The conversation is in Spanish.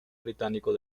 británico